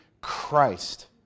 Christ